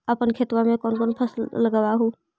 अपन खेतबा मे कौन कौन फसल लगबा हू?